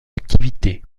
activité